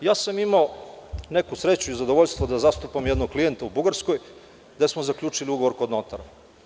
Imao sam neku sreću i zadovoljstvo da zastupam jednog klijenta u Bugarskoj, gde smo zaključili ugovor kod notara.